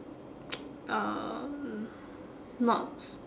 um not s~